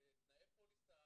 תנאי פוליסה